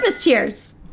cheers